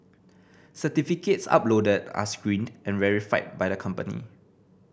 certificates uploaded are screened and verified by the company